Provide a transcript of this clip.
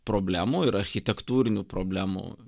problemų ir architektūrinių problemų